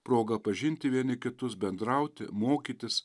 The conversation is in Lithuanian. proga pažinti vieni kitus bendrauti mokytis